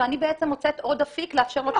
ואני מוצאת עוד אפיק לאפשר לו תשלום חוב?